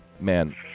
Man